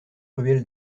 ruelle